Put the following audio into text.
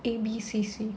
A B C C